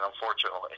unfortunately